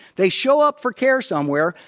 they show up for care somewhere,